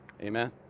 Amen